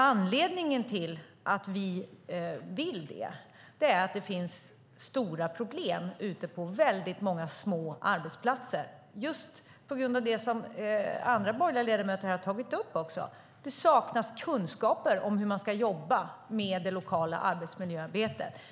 Anledningen till att vi vill detta är att det finns stora problem ute på väldigt många små arbetsplatser, just på grund av det andra borgerliga ledamöter också har tagit upp - det saknas kunskaper om hur man ska jobba med det lokala arbetsmiljöarbetet.